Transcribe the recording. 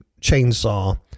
chainsaw